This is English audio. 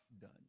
done